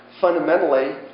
fundamentally